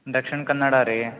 ದಕ್ಷಿಣ ಕನ್ನಡ ರೀ